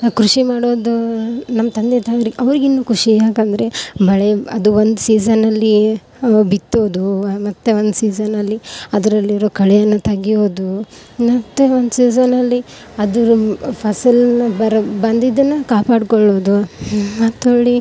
ಕೃಷಿ ಮಾಡೋದು ನಮ್ಮ ತಂದೆ ತಾಯಿಗೆ ಅವ್ರಿಗಿನ್ನೂ ಖುಷಿ ಯಾಕಂದರೆ ಮಳೆ ಅದು ಒಂದು ಸೀಸನಲ್ಲಿ ಬಿತ್ತೋದು ಮತ್ತು ಒಂದು ಸೀಸನಲ್ಲಿ ಅದರಲ್ಲಿರೊ ಕಳೆಯನ್ನು ತೆಗಿಯೋದು ಮತ್ತು ಒಂದು ಸೀಸನಲ್ಲಿ ಅದ್ರ ಫಸಲು ಬರೋದು ಬಂದಿದ್ದನ್ನು ಕಾಪಾಡಿಕೊಳ್ಳೋದು ಮತ್ತು ಹೊಳ್ಳಿ